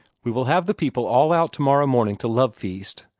we will have the people all out tomorrow morning to love-feast,